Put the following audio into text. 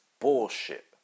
bullshit